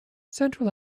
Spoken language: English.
central